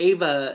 Ava